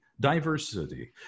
diversity